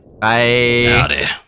bye